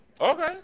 Okay